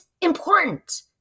important